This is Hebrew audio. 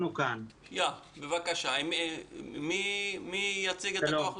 יש כאן מישהו מכוח לעובדים?